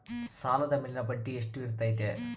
ಸಾಲದ ಮೇಲಿನ ಬಡ್ಡಿ ಎಷ್ಟು ಇರ್ತೈತೆ?